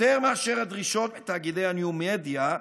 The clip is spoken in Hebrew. יותר מאשר הדרישות מתאגידי הניו מדיה,